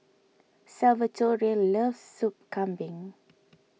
Salvatore loves Sup Kambing